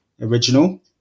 original